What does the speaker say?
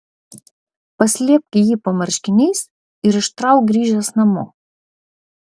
paslėpk jį po marškiniais ir ištrauk grįžęs namo